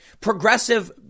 Progressive